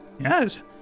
Yes